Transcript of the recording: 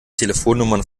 telefonnummern